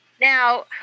Now